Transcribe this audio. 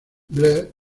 blair